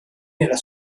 nella